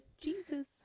Jesus